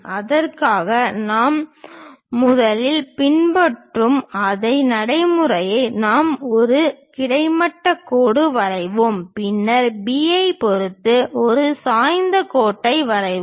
அதற்காக நாம் முதலில் பின்பற்றும் அதே நடைமுறையை நாம் ஒரு கிடைமட்ட கோடு வரைவோம் பின்னர் B ஐ பொறுத்து ஒரு சாய்ந்த கோட்டை வரைவோம்